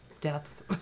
deaths